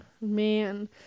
Man